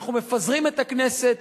אנחנו מפזרים את הכנסת,